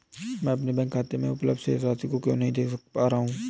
मैं अपने बैंक खाते में उपलब्ध शेष राशि क्यो नहीं देख पा रहा हूँ?